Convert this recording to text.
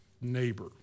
neighbor